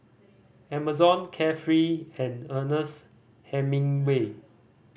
Amazon Carefree and Ernest Hemingway